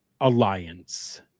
Alliance